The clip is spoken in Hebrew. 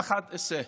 ואחת, עשה.